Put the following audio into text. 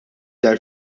dar